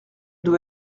doit